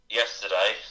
yesterday